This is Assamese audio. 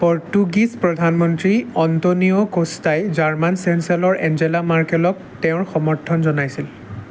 পৰ্তুগীজ প্ৰধানমন্ত্ৰী অন্টনিয়' কোষ্টাই জাৰ্মান চেঞ্চেলৰ এঞ্জেলা মাৰ্কেলক তেওঁৰ সমৰ্থন জনাইছিল